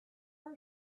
are